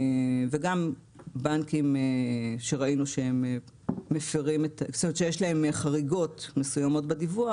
גם בנקים שראינו שיש להם חריגות מסוימות בדיווח,